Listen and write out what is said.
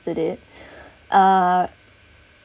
so that uh